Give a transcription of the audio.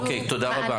אוקיי, תודה.